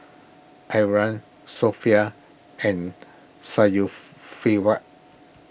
Aryan Sofia and Syafiqah